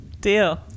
Deal